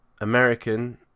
American